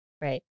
right